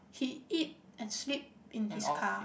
he eat and sleep in his car